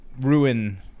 ruin